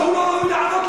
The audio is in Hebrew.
אבל הוא לא ראוי לענות לנו.